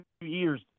years